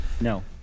No